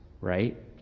right